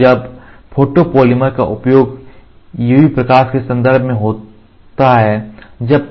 तो जब फोटोपॉलीमर का उपयोग UV प्रकाश के संपर्क से होता है